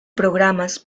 programas